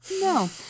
no